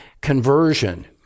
conversion